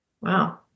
Wow